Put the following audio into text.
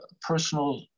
personal